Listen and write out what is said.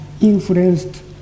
influenced